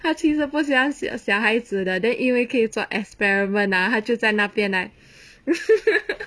他其实不喜欢小小孩子的 then 因为可以做 experiment ah 他就在那边 like